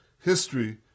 history